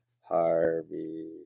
harvey